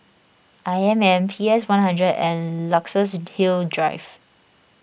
I M M P S one hundred and Luxus Hill Drive